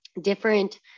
different